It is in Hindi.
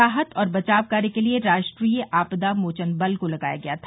राहत और बचाव कार्य के लिए राष्ट्रीय आपदा मोचन बल को लगाया गया था